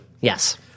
Yes